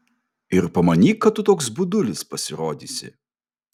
ir pamanyk kad tu toks budulis pasirodysi